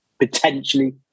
potentially